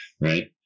right